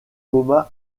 coma